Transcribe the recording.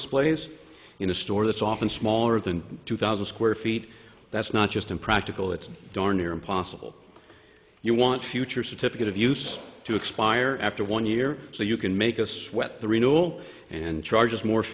displays in a store that's often smaller than two thousand square feet that's not just impractical it's darn near impossible you want future certificate of use to expire after one year so you can make a sweat the rino and charges more